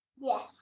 Yes